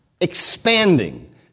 expanding